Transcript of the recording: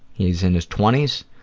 he's in his twenties,